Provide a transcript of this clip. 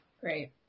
Great